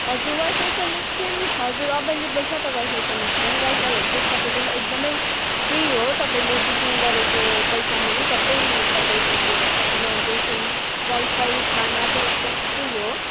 हजुर wifi connection हजुर available छ त वाइफाई कनेक्सन वाइफाईहरू चाहिँ एकदमै फ्री हो तपाईँले बुकिङ गरेको पैसामा नै सबै तपाईँको त्यो एकोमोडेसन वाइफाई खाना चाहिँ एकदमै फ्री हो